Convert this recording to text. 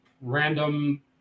random